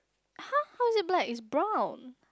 how how is it black is brown